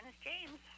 James